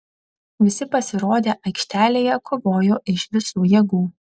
visi pasirodę aikštelėje kovojo iš visų jėgų